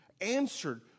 answered